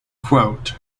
quote